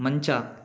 ಮಂಚ